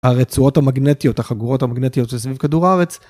הרצועות המגנטיות החגורות המגנטיות סביב כדור הארץ.